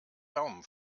daumen